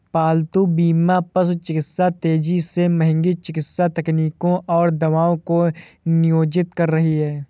पालतू बीमा पशु चिकित्सा तेजी से महंगी चिकित्सा तकनीकों और दवाओं को नियोजित कर रही है